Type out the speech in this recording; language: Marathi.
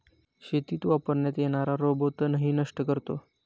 शेतीत वापरण्यात येणारा रोबो तणही नष्ट करतो